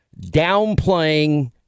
downplaying